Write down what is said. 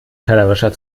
tellerwäscher